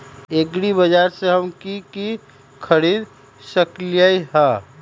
एग्रीबाजार से हम की की खरीद सकलियै ह?